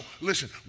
listen